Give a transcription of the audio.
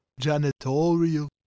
Janitorial